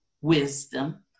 wisdom